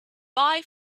bye